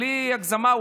בלי הגזמה,